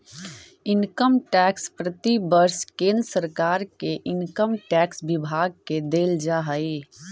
income tax प्रतिवर्ष केंद्र सरकार के इनकम टैक्स विभाग के देल जा हई